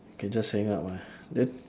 can just hang up ah then